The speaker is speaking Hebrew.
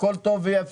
הכול טוב ויפה,